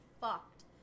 fucked